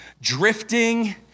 drifting